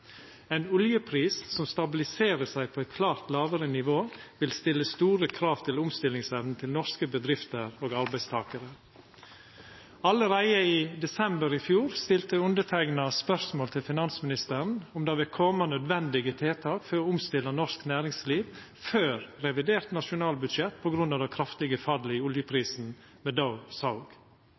oljepris som stabiliserer seg på et klart lavere nivå, vil stille store krav til omstillingsevnen til norske bedrifter og arbeidstakere.» Allereie i desember i fjor stilte underteikna spørsmål til finansministeren om det ville koma nødvendige tiltak for å omstilla norsk næringsliv før revidert nasjonalbudsjett, på grunn av det kraftige fallet i oljeprisen